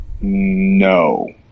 No